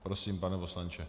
Prosím, pane poslanče.